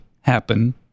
happen